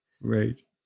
Right